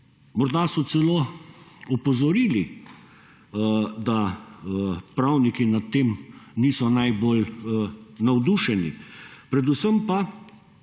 morda so celo opozorili, da pravniki nad tem niso najbolj navdušeni, predvsem pa